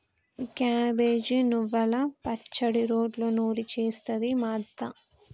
cabbage నువ్వల పచ్చడి రోట్లో నూరి చేస్తది మా అత్త